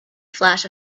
flash